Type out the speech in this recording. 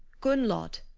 gunnlod!